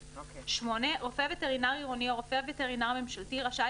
(8)רופא וטרינר עירוני או רופא וטרינר ממשלתי רשאי